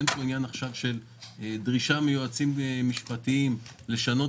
שאין פה דרישה מיועצים משפטיים לשנות